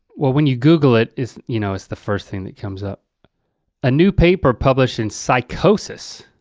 well when you google it is you know, it's the first thing that comes up a new paper published in psychosis.